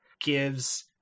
gives